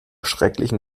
schrecklichen